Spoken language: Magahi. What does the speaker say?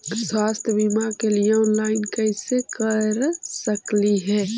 स्वास्थ्य बीमा के लिए ऑनलाइन कैसे कर सकली ही?